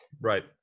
Right